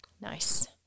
Nice